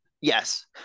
Yes